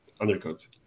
undercoat